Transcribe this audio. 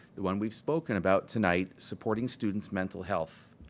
the one we've spoken about tonight, supporting students' mental health.